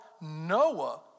Noah